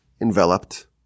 enveloped